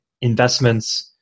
investments